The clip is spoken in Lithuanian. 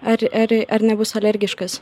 ar ar ar nebus alergiškas